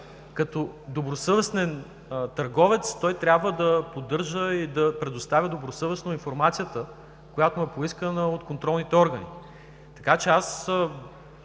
Като добросъвестен търговец той трябва да поддържа и да предоставя добросъвестно информацията, която му е поискана от контролните органи. До